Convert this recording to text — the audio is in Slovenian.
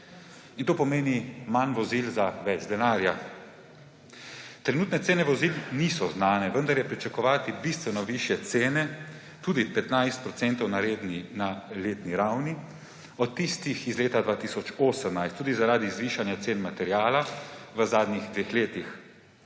In to pomeni manj vozil za več denarja. Trenutne cene vozil niso znane, vendar je pričakovati bistveno višje cene, tudi 15 % na letni ravni, od tistih iz leta 2018, tudi zaradi zvišanja cen materiala v zadnjih dveh letih.